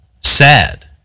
SAD